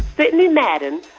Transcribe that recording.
sidney madden,